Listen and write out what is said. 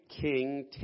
king